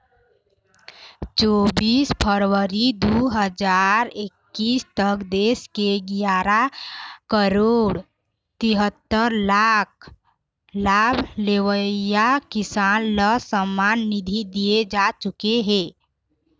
चोबीस फरवरी दू हजार एक्कीस तक देश के गियारा करोड़ तिहत्तर लाख लाभ लेवइया किसान ल सम्मान निधि दिए जा चुके हे